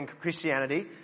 Christianity